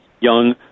young